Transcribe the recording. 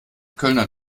kölner